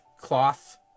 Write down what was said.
cloth